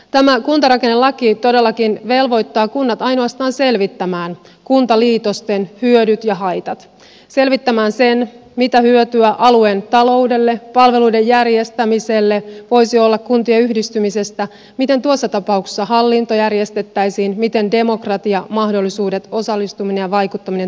tämä kuntarakennelaki todellakin velvoittaa kunnat ainoastaan selvittämään kuntaliitosten hyödyt ja haitat selvittämään sen mitä hyötyä alueen taloudelle palveluiden järjestämiselle voisi olla kuntien yhdistymisestä miten tuossa tapauksessa hallinto järjestettäisiin miten demokratiamahdollisuudet osallistuminen ja vaikuttaminen turvattaisiin